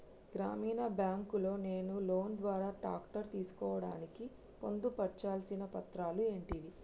గ్రామీణ బ్యాంక్ లో నేను లోన్ ద్వారా ట్రాక్టర్ తీసుకోవడానికి పొందు పర్చాల్సిన పత్రాలు ఏంటివి?